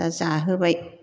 दा जाहोबाय